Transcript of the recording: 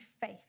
faith